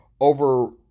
over